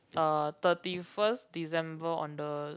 uh thirty first December on the